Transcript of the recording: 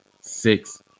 Six